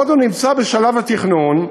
בעוד הוא נמצא בשלב התכנון,